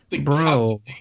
Bro